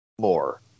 more